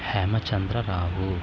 Hemachandra Rao